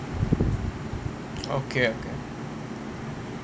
okay okay